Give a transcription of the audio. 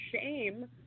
shame